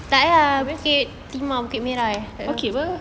abeh okay [pe]